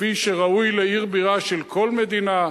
כפי שראוי לעיר בירה של כל מדינה,